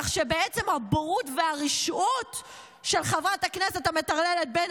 כך שבעצם הבורות והרשעות של חברת הכנסת המטרללת בן